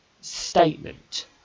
statement